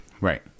right